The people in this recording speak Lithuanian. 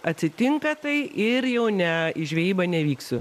atsitinka tai ir jau ne į žvejybą nevyksiu